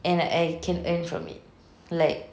and I can earn from it like